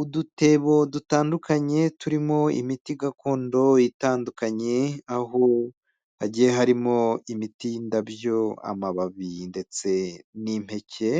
Udutebo dutandukanye turimo imiti gakondo itandukanye aho hagiye harimo imiti y'indabyo, amababi ndetse n'impeke,